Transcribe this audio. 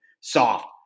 Soft